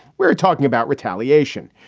we're talking about retaliation.